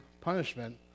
punishment